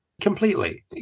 Completely